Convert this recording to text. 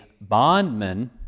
bondman